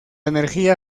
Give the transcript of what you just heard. energía